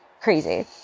crazy